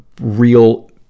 real